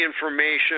information